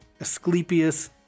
Asclepius